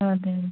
ആ അതെ